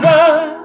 one